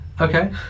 Okay